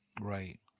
Right